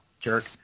jerk